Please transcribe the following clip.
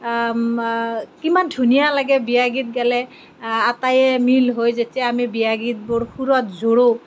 ইমান ধুনীয়া লাগে বিয়া গীত গালে আটায়ে মিল হৈ যেতিয়া আমি বিয়া গীতবোৰ সুৰত জোৰো